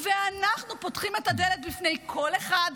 ואנחנו פותחים את הדלת בפני כל אחד,